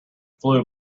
flew